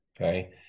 Okay